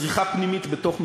צריכה פנימית בתוך מצרים.